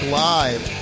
live